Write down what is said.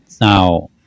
Now